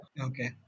Okay